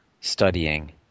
studying